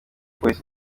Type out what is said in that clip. polisi